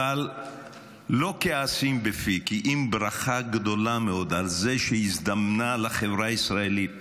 אבל לא כעסים בפי כי אם ברכה גדולה מאוד על זה שהזדמנה לחברה הישראלית